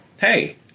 Hey